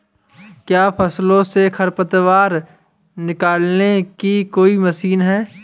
क्या फसलों से खरपतवार निकालने की कोई मशीन है?